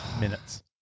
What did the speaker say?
Minutes